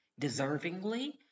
deservingly